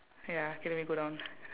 ya okay then we go down